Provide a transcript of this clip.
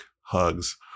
hugs